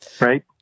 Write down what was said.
Right